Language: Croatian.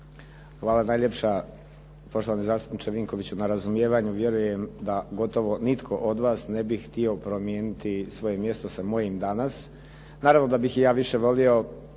hvala najljepša poštovani zastupniče Vinkoviću na razumijevanju, vjerujem da gotovo nitko od vas ne bi htio promijeniti svoje mjesto sa mojim danas. Naravno da bih i ja više volio